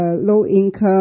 low-income